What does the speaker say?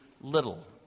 little